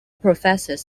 professors